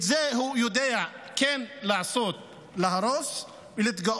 את זה הוא כן יודע לעשות, להרוס ולהתגאות,